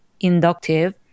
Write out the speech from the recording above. inductive